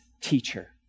teacher